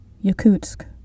Yakutsk